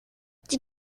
die